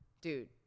Dude